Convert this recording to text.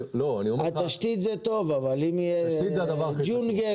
התשתית זה טוב, אבל אם יהיה ג'ונגל